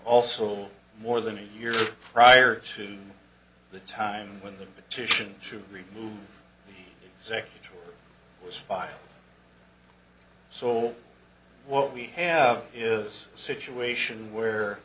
also more than a year prior to the time when the petition to remove the executive was filed so what we have is a situation where